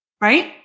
right